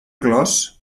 clos